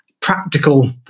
practical